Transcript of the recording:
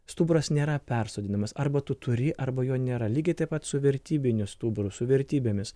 stuburas nėra persodinamas arba tu turi arba jo nėra lygiai taip pat su vertybiniu stuburu su vertybėmis